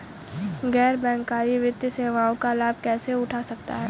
गैर बैंककारी वित्तीय सेवाओं का लाभ कैसे उठा सकता हूँ?